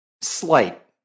slight